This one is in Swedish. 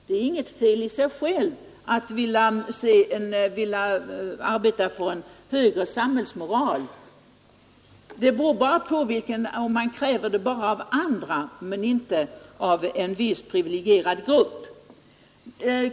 — Det är inget fel att vilja arbeta för en högre samhällsmoral; det är bara fel om man kräver hög moral av andra men inte av en viss privilegierad grupp.